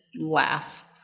laugh